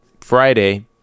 Friday